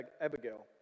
Abigail